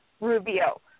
Rubio